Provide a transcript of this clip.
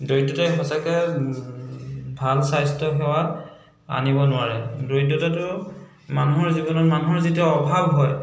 দৰিদ্ৰতাই সঁচাকৈ ভাল স্বাস্থ্যসেৱা আনিব নোৱাৰে দৰিদ্ৰতাটো মানুহৰ জীৱনত মানুহৰ যেতিয়া অভাৱ হয়